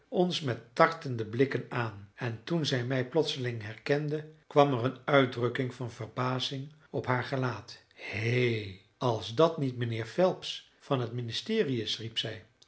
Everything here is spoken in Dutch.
ons met tartende blikken aan en toen zij mij plotseling herkende kwam er een uitdrukking van verbazing op haar gelaat hé als dat niet mijnheer phelps van het ministerie is riep zij